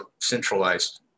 centralized